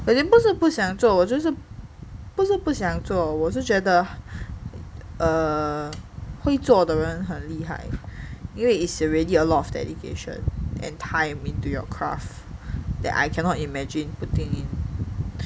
but then 不是不想做我就是不是不想做我是觉得 err 会做的人很厉害因为 is really a lot of dedication and time into your craft that I cannot imagine putting in